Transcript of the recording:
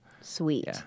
Sweet